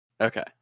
Okay